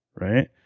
right